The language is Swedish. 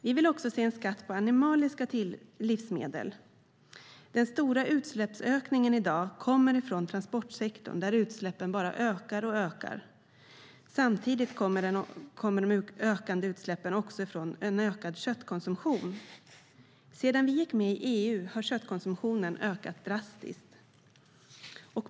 Vi vill också se en skatt på animaliska livsmedel. Den stora utsläppsökningen i dag kommer från transportsektorn, där utsläppen bara ökar och ökar. Samtidigt kommer de ökande utsläppen också från en ökad köttkonsumtion. Sedan vi gick med i EU har köttkonsumtionen ökat drastiskt.